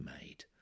made